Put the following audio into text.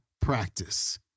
practice